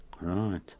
Right